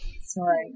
Sorry